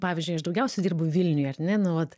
pavyzdžiui aš daugiausia dirbu vilniuje ar ne nu vat